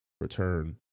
return